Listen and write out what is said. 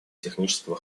технического